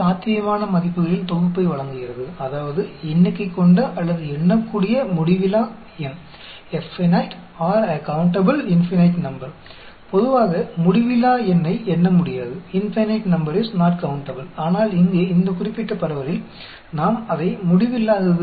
तो यह इस रिश्ते द्वारा दिया जाता है प्रोबेबिलिटी और छोटा n जहाँ आपका n आपका सैंपल आकार है S वह घटना है जो होने वाली है N कैपिटल N आपकी जनसंख्या का आकार है छोटा n आपके सैंपल का आकार है x n परीक्षणों में सफलताओं की संख्या है